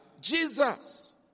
Jesus